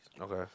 Okay